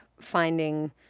finding